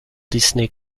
disney